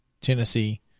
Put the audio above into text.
Tennessee